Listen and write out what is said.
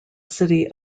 city